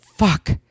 fuck